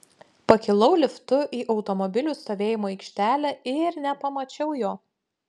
pakilau liftu į automobilių stovėjimo aikštelę ir nepamačiau jo